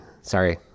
sorry